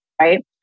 right